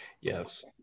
Yes